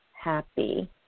happy